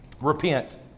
Repent